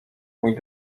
mój